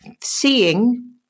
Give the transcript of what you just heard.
seeing